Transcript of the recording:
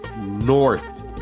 North